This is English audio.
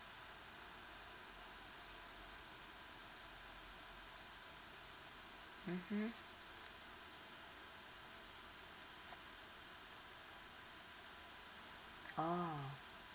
mmhmm oh